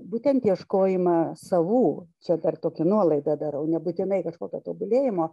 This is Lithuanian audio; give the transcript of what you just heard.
būtent ieškojimą savų čia dar tokią nuolaidą darau nebūtinai kažkokio tobulėjimo